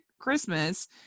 christmas